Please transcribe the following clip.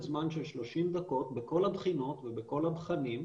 זמן של 30 דקות בכל הבחינות ובכל הבחנים,